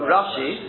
Rashi